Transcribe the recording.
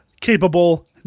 capable